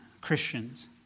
Christians